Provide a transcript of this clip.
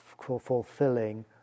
fulfilling